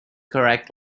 correct